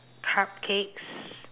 cupcakes